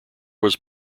was